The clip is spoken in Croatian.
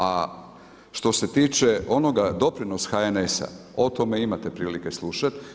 A što se tiče onoga doprinos HNS-a, o tome imate prilike slušati.